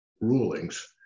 rulings